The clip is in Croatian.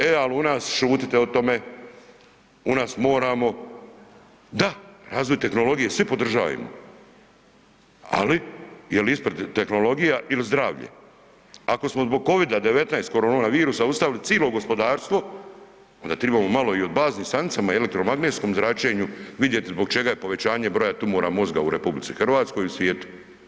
E ali u nas šutite o tome, u nas moramo, da, razvoj tehnologije svi podržajemo, ali je li ispred tehnologija ili zdravlje, ako smo zbog Covida-19 korona virusa ustavili cilo gospodarstvo onda tribamo malo i o baznim stanicama i elektromagnetskom zračenju vidjeti zbog čega je povećanje broja tumora mozga u RH i u svijetu.